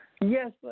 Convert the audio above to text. Yes